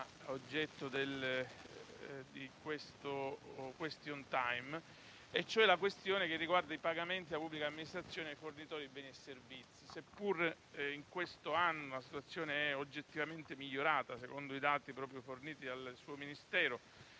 oggetto del *question time* e cioè la questione riguardante i pagamenti della pubblica amministrazione ai fornitori di beni e servizi. Seppure in questo anno la situazione è oggettivamente migliorata, secondo i dati forniti proprio dal suo Ministero,